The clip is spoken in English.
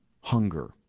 hunger